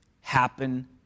happen